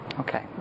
Okay